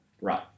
Right